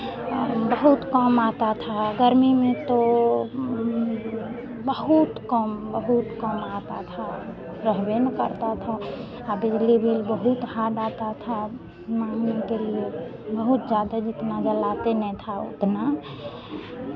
और बहुत कम आता था गर्मी में तो बहुत कम बहुत कम आता था रहबे ने करता था आ बिजली बिल बहुत हार्ड आता था अब मांग ऊंग के लिए बहुत ज़्यादा जितना जलाते नहीं था उतना